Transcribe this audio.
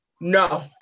No